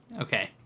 Okay